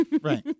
Right